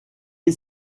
est